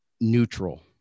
neutral